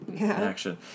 action